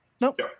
Nope